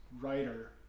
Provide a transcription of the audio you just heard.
writer